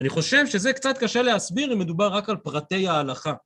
אני חושב שזה קצת קשה להסביר אם מדובר רק על פרטי ההלכה.